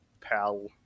PAL